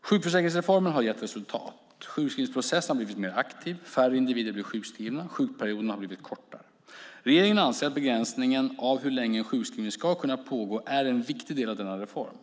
Sjukförsäkringsreformen har gett resultat. Sjukskrivningsprocessen har blivit mer aktiv. Färre individer blir sjukskrivna och sjukperioderna har blivit kortare. Regeringen anser att begränsningen av hur länge en sjukskrivning ska kunna pågå är en viktig del av denna reform.